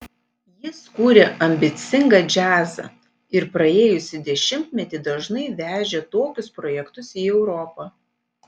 jis kūrė ambicingą džiazą ir praėjusį dešimtmetį dažnai vežė tokius projektus į europą